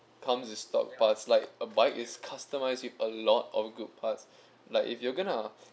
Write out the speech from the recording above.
comes with stop parts like a bike it's customized with a lot of good parts like if you're gonna